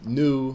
new